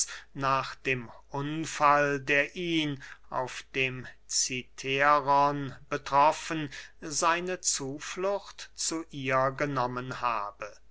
nach dem unfall der ihn auf dem cithäron betroffen seine zuflucht zu ihr genommen habe